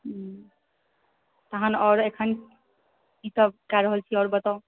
हूँ तहन आओर एखन की सभ कै रहल छी आओर बताउ